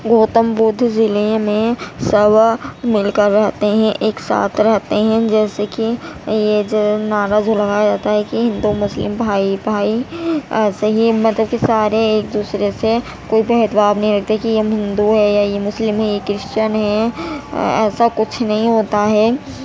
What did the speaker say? گوتم بدھ ضلعے میں سب مل کر رہتے ہیں ایک ساتھ رہتے ہیں جیسے کہ یہ جو نعرہ جو لگایا جاتا ہے کہ ہندو مسلم بھائی بھائی صحیح مطلب کہ سارے ایک دوسرے سے قرب احتبا نہیں رکھتے کہ ہم ہندو ہے یا یہ مسلم ہے یہ کرشچن ہے ایسا کچھ نہیں ہوتا ہے